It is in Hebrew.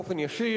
באופן ישיר,